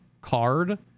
card